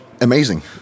Amazing